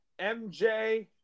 MJ